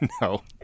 No